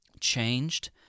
changed